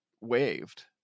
waved